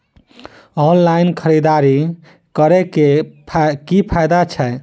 Online खरीददारी करै केँ की फायदा छै?